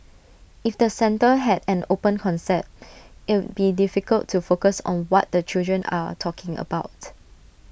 if the centre had an open concept it'd be difficult to focus on what the children are talking about